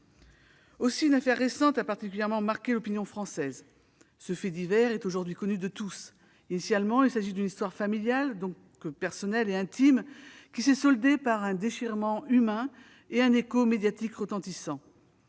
Une affaire récente a particulièrement marqué l'opinion française. Ce fait divers est aujourd'hui connu de tous : initialement, il s'agit d'une histoire familiale, donc personnelle et intime, mais elle s'est soldée par un déchirement humain et un écho médiatique retentissant.